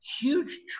huge